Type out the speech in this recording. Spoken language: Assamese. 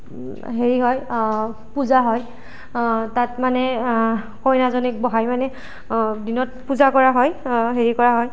হেৰি হয় পূজা হয় তাত মানে কইনাজনীক বহাই মানে দিনত পূজা কৰা হয় হেৰি কৰা হয়